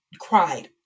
cried